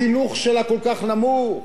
החינוך שלה כל כך נמוך.